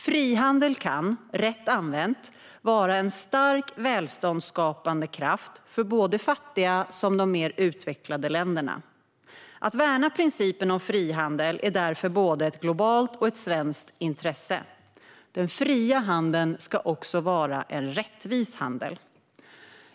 Frihandel kan, rätt använt, vara en stark välståndsskapande kraft för både fattiga länder och de mer utvecklade länderna. Att värna principen om frihandel är därför såväl ett globalt som ett svenskt intresse. Den fria handeln ska också vara en rättvis handel.